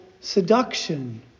seduction